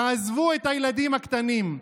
תעזבו את הילדים הקטנים,